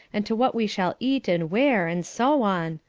and to what we shall eat and wear, and so on,